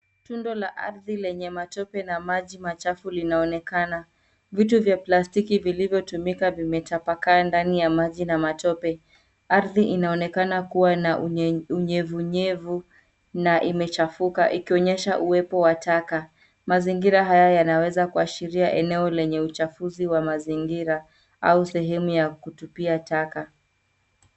Tundo la ardhi lenye matope na maji machafu linaonekana. Vitu vya plastiki vilivyotumika vimetapakaa ndani ya maji na matope. Ardhi inaonekana kuwa na unyevunyevu na imechafuka ikionyesha uwepo wa taka. Mazingira haya yanaweza kuashiria eneo lenye uchafuzi wa mazingira au sehemu ya kutupia taka.